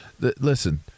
listen